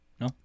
No